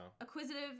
Acquisitive